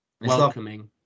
welcoming